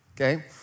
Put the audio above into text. Okay